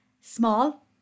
small